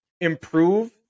improve